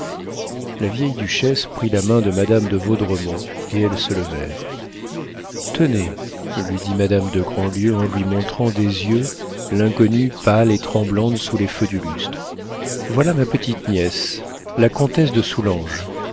la vieille duchesse prit la main de madame de vaudremont et elles se levèrent tenez lui dit madame de grandlieu en lui montrant des yeux l'inconnue pâle et tremblante sous les feux du lustre voilà ma petite nièce la comtesse de soulanges